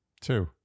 Two